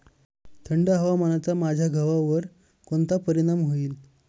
थंड हवामानाचा माझ्या गव्हावर कोणता परिणाम होईल?